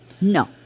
No